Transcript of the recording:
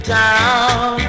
town